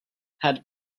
had